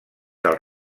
del